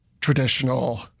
traditional